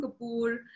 Kapoor